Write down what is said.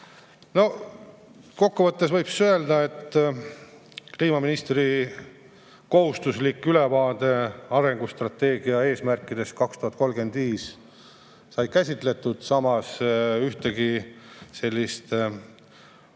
No kokku võttes võib öelda, et kliimaministri kohustuslik ülevaade arengustrateegia eesmärkidest 2035 sai käsitletud. Samas ühtegi sellist otsest